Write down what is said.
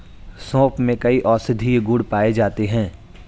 सोंफ में कई औषधीय गुण पाए जाते हैं